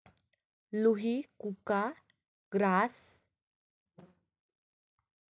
लुही, कुका, ग्राझ आणि नुरेझ जातींच्या मेंढ्या दूध उत्पादनासाठी योग्य आहेत